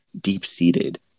deep-seated